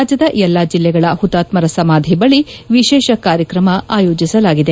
ರಾಜ್ಯದ ಎಲ್ಲಾ ಜಿಲ್ಲೆಗಳ ಹುತಾತ್ಮರ ಸಮಾಧಿ ಬಳಿ ವಿಶೇಷ ಕಾರ್ಯಕ್ರಮ ಆಯೋಜಿಸಲಾಗಿದೆ